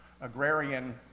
agrarian